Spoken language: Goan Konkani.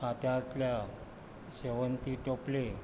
खात्यांतल्या शेवंती टोपले